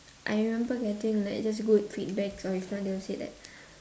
I remember getting like just good feedbacks or if not they will say that